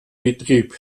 betrieb